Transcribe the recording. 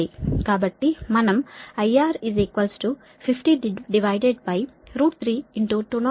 కాబట్టి మనం IR 5032080